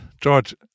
george